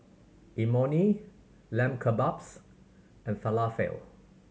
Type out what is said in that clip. Imoni Lamb Kebabs and Falafel